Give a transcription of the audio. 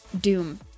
doom